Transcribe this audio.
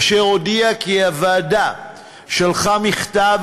אשר הודיע כי הוועדה שלחה מכתב,